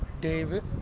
David